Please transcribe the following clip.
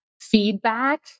feedback